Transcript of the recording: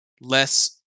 less